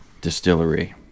Distillery